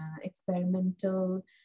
experimental